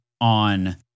on